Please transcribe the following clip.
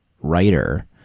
writer